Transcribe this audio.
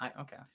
Okay